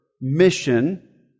mission